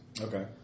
Okay